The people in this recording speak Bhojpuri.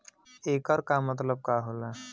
येकर का मतलब होला?